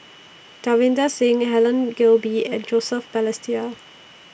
Davinder Singh Helen Gilbey and Joseph Balestier